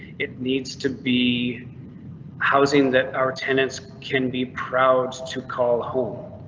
it needs to be housing that our tenants can be proud to call home.